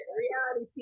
reality